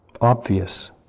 obvious